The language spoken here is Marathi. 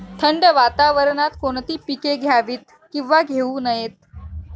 थंड वातावरणात कोणती पिके घ्यावीत? किंवा घेऊ नयेत?